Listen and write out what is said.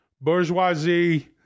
bourgeoisie